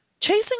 Chasing